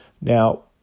Now